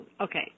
Okay